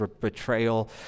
betrayal